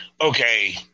Okay